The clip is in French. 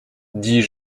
dis